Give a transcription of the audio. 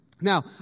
Now